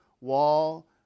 wall